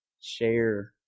share